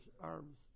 arms